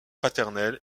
paternelle